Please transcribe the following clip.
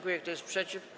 Kto jest przeciw?